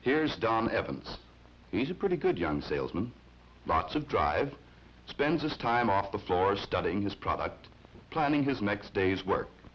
here's don evans he's a pretty good young salesman lots of drive spends his time off the floor studying his product planning his next day's work